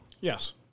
Yes